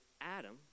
adam